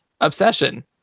obsession